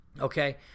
Okay